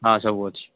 ହଁ ସବୁ ଅଛି